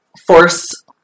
force